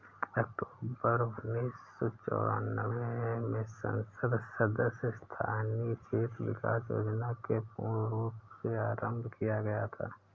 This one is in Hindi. अक्टूबर उन्नीस सौ चौरानवे में संसद सदस्य स्थानीय क्षेत्र विकास योजना को पूर्ण रूप से आरम्भ किया गया था